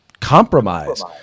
compromise